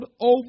over